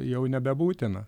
jau nebebūtina